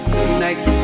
Tonight